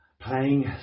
playing